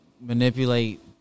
manipulate